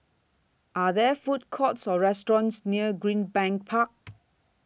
Are There Food Courts Or restaurants near Greenbank Park